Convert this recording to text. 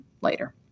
later